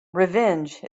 revenge